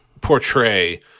portray